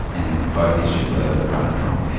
and both issues were run at trial.